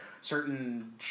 certain